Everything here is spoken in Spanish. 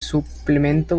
suplemento